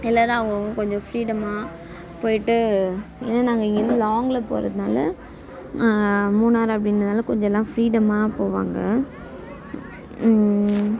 எல்லாரும் அவங்கவங்க கொஞ்சம் ஃப்ரீடமாக போயிவிட்டு ஏன்னா நாங்கள் இங்கேயிருந்து லாங்கில் போறதுனால மூணார் அப்படின்றதுனால கொஞ்சம் எல்லாம் ஃப்ரீடமாக போவாங்க